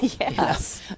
Yes